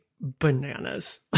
bananas